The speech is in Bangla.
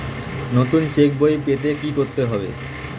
নতুন চেক বই পেতে কী করতে হবে?